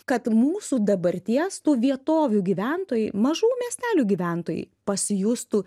kad mūsų dabarties tų vietovių gyventojai mažų miestelių gyventojai pasijustų